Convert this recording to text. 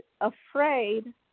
afraid